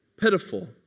pitiful